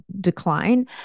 decline